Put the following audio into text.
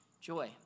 joy